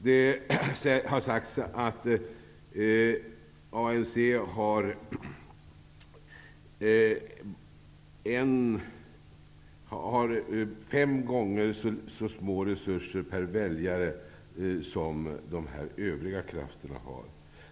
Det har sagts att ANC har fem gånger mindre resurser per väljare än de övriga krafterna.